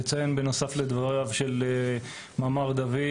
בנוסף לדבריו של מר דוד,